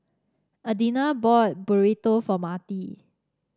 Adina bought Burrito for Marti